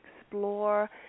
explore